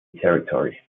territory